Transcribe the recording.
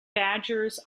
badgers